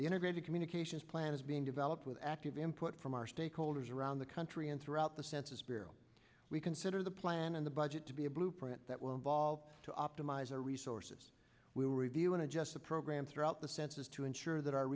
integrated communications plan is being developed with active input from our stakeholders around the country and throughout the census bureau we consider the plan in the budget to be a blueprint that will involve to optimize our resources we will review and adjust the program throughout the census to ensure that our